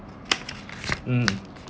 mm